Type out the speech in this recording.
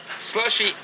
Slushy